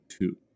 two